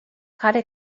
caught